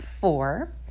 four